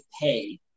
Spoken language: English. pay